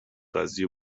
قضیه